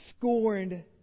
scorned